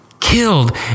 killed